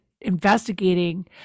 investigating